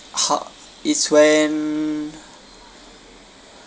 haq it's when and I think